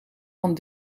van